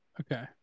Okay